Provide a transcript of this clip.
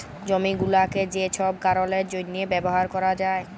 জমি গুলাকে যে ছব কারলের জ্যনহে ব্যাভার ক্যরা যায়